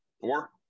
Four